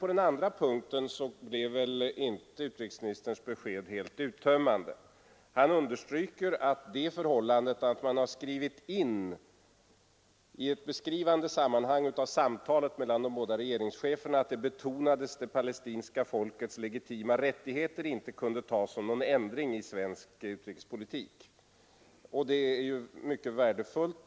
På den andra punkten blev utrikesministerns besked däremot inte helt uttömmande. Utrikesministern underströk att det förhållandet att man i ett beskrivande sammanhang av samtalet mellan de båda regeringscheferna skrivit in att ett betonande av det palestinska folkets legitima rättigheter inte kunde tas som någon ändring i svensk utrikespolitik. Det är ju mycket värdefullt.